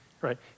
right